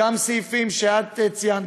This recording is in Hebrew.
סעיפים שאת ציינת,